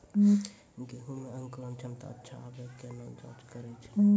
गेहूँ मे अंकुरन क्षमता अच्छा आबे केना जाँच करैय छै?